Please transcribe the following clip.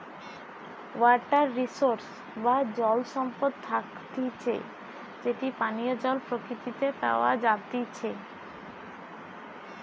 water resource বা জল সম্পদ থাকতিছে যেটি পানীয় জল প্রকৃতিতে প্যাওয়া জাতিচে